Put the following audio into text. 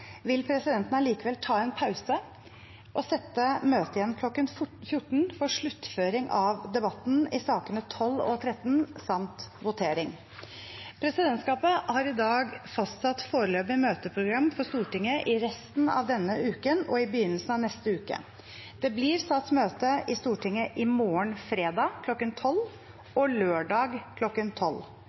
vil presidenten allikevel ta en pause og sette møtet igjen kl. 14 for sluttføring av debatten i sakene nr. 12 og 13 samt votering. Presidentskapet har i dag fastsatt foreløpig møteprogram for Stortinget i resten av denne uken og i begynnelsen av neste uke. Det blir satt møte i Stortinget i morgen, fredag, kl. 12.00 og lørdag